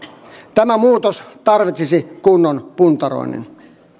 tämä muutos tarvitsisi kunnon puntaroinnin